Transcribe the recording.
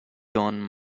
john